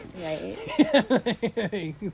right